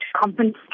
compensate